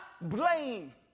blame